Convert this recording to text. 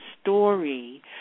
story